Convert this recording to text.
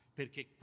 perché